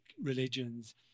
religions